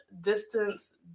distance